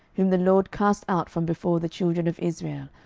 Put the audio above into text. whom the lord cast out from before the children of israel,